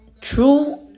true